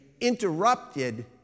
interrupted